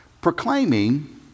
Proclaiming